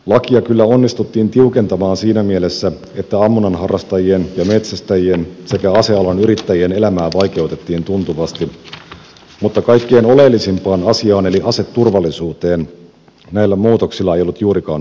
lakia kyllä onnistuttiin tiukentamaan siinä mielessä että ammunnan harrastajien ja metsästäjien sekä asealan yrittäjien elämää vaikeutettiin tuntuvasti mutta kaikkien oleellisimpaan asiaan eli aseturvallisuuteen näillä muutoksilla ei ollut juurikaan vaikutusta